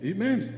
Amen